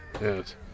Yes